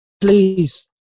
please